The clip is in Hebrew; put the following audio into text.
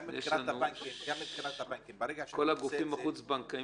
גם מבחינת הבנקים --- כל הגופים החוץ-בנקאיים